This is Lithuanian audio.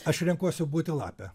aš renkuosi būti lape